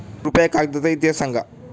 कृपया कागदाचा इतिहास सांगा